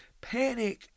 panic